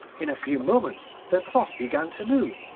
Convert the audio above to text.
in a few moments the cloth began to move,